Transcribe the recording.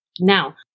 now